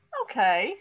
okay